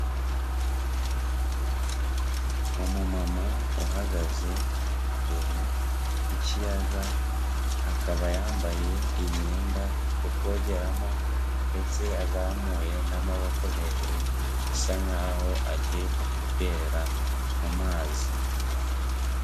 Umumama uhagaze imbere y'ikiyaga, akaba yambaye imyenda yo kogeramo ndetse azamuye n'amaboko hejuru bisa nk'aho agiye kwiterera mu mazi.